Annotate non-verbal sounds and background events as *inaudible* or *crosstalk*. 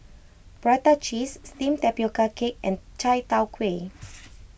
Prata Cheese Steamed Tapioca Cake and Chai Tow Kway *noise*